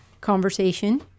conversation